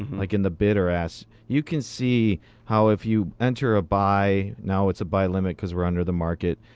like in the bid or ask. you can see how, if you enter a buy, now it's a buy limit because we're under the market,